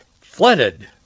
flooded